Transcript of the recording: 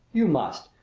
you must!